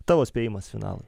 tavo spėjimas finalui